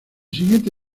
siguiente